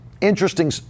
Interesting